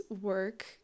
work